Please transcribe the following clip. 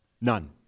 None